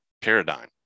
paradigm